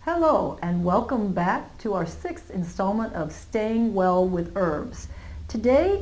hello and welcome back to our sixth installment of staying well with herbs today